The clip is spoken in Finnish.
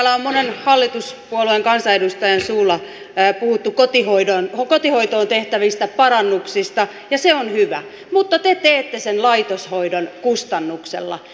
täällä on monen hallituspuolueen kansanedustajan suulla puhuttu kotihoitoon tehtävistä parannuksista ja se on hyvä mutta te teette sen laitoshoidon kustannuksella